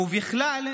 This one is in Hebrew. ובכלל,